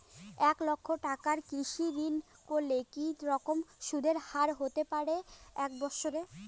এক লক্ষ টাকার কৃষি ঋণ করলে কি রকম সুদের হারহতে পারে এক বৎসরে?